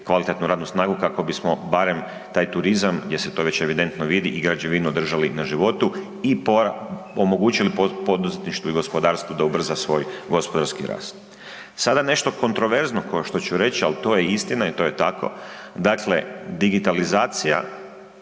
kvalitetnu radnu snagu kako bismo barem taj turizam gdje se to već evidentno vidi i građevinu držali na životu i omogućili poduzetništvu i gospodarstvu da ubrza svoj gospodarski rast. Sada nešto kontroverzno ko što ću reći, ali to je istina i to je tako, dakle digitalizacija,